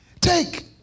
Take